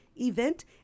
event